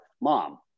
mom